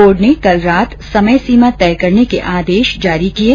board ने कल रात समय सीमा तय करने के आदेश जारी किये